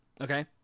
Okay